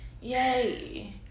Yay